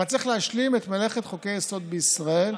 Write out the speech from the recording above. אבל צריך להשלים את מלאכת חוקי-היסוד בישראל.